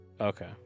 Okay